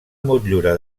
motllura